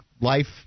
Life